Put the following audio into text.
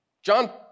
John